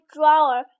drawer